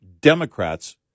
Democrats